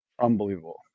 unbelievable